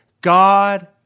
God